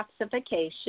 detoxification